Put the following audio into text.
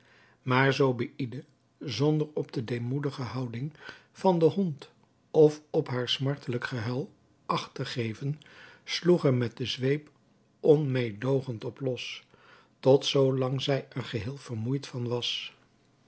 maar zobeïde zonder op de demoedige houding van de hond of op haar smartelijk gehuil acht te geven sloeg er met de zweep onmeêdoogend op los tot zoo lang zij er geheel vermoeid van was